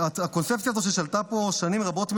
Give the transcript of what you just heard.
הקונספציה הזו ששלטה פה שנים רבות מדי,